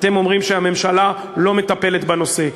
כשאתם אומרים שהממשלה לא מטפלת בנושא?